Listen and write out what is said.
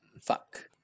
Fuck